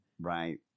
Right